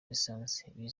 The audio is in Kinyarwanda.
lisansi